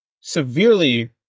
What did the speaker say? severely